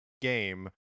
game